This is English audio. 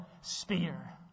spear